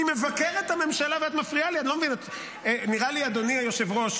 שמחה רוטמן (הציונות